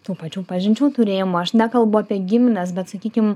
tų pačių pažinčių turėjimo aš nekalbu apie gimines bet sakykim